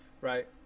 Right